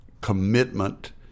commitment